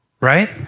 right